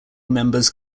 members